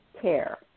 Care